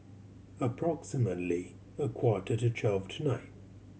approximately a quarter to twelve tonight